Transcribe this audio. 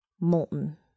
molten